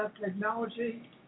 technology